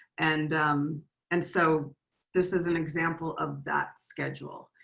and and so this is an example of that schedule.